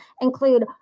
include